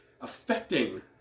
affecting